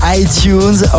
iTunes